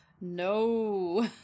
No